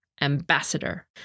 ambassador